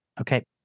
Okay